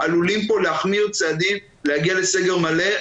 עלולים פה להחמיר צעדים ולהגיע לסגר מלא.